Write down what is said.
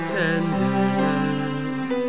tenderness